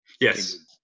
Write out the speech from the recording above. Yes